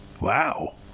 Wow